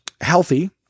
healthy